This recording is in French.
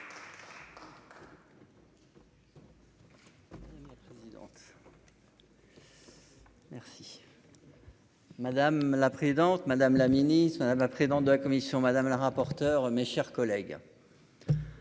Madame la présidente, madame la ministre, madame la présidente de la commission madame la rapporteure, mes chers collègues.